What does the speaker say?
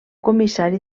comissari